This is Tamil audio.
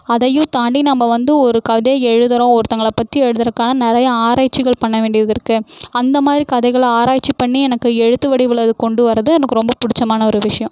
அதையும் தாண்டி நம்ம வந்து ஒரு கதை எழுதுகிறோம் ஒருத்தவங்களை பற்றி எழுதுகிறக்கான நிறைய ஆராய்ச்சிகள் பண்ண வேண்டியது இருக்குது அந்த மாதிரி கதைகளை ஆராய்ச்சி பண்ணி எனக்கு எழுத்து வடிவில் அது கொண்டு வரது எனக்கு ரொம்ப பிடிச்சமான ஒரு விஷ்யம்